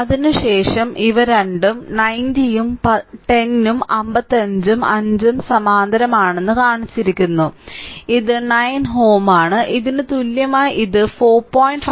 അതിനുശേഷം ഇവ രണ്ടും 90 ഉം 10 ഉം 55 ഉം 5 ഉം സമാന്തരമാണെന്ന് കാണിച്ചിരിക്കുന്നു ഇത് 9Ω ആണ് ഇതിന് തുല്യമായി ഇത് 4